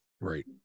Right